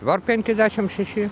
vat penkiasdešimt šeši